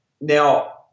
Now